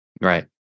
Right